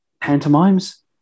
pantomimes